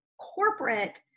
corporate